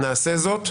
נעשה זאת,